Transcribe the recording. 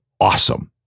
awesome